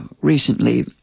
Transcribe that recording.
recently